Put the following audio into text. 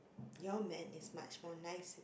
your man is much more nicer